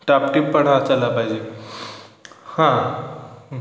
top टीप पण हा चला पाहिजे हां